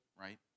right